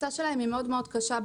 הכניסה שלהם מאוד קשה.